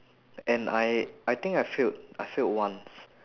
and I I think I failed I failed once